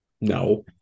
No